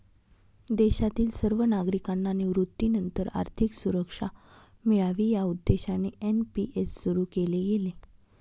देशातील सर्व नागरिकांना निवृत्तीनंतर आर्थिक सुरक्षा मिळावी या उद्देशाने एन.पी.एस सुरु केले गेले